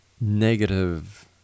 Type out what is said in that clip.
negative